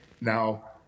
Now